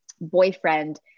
boyfriend